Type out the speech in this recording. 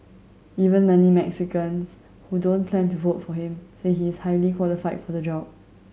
even many Mexicans who don't plan to vote for him say he is highly qualified for the job